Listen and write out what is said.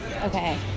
okay